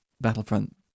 battlefront